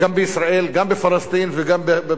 גם בפלסטין ובכל העולם,